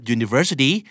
University